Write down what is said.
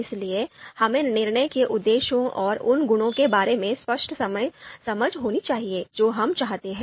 इसलिए हमें निर्णय के उद्देश्यों और उन गुणों के बारे में स्पष्ट समझ होनी चाहिए जो हम चाहते हैं